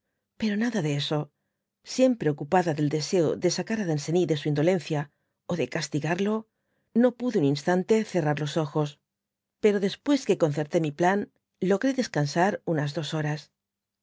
pero nada de eso siempre ocupada del deseo de sacar danceny de su indolencia ó de castigarlo no pude un íbatante cerrar los ojos pero después que concerté mi plan logré descansar unas dos horas